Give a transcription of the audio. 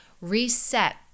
reset